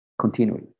continually